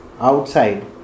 outside